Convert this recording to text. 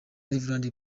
rev